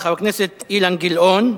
חבר הכנסת אילן גילאון,